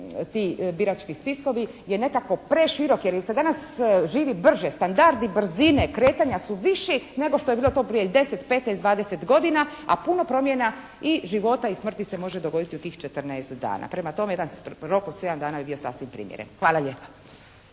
ti birački spiskovi je nekako preširok, jer mi se danas živi brže, standardi brzine kretanja su viši nego što je to bilo prije 10, 15, 20 godina, a puno promjena i života i smrti se može dogoditi u tih 14 dana. Prema tome jedan rok u roku 7 dana bi bio sasvim primjeren. Hvala lijepa.